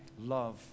love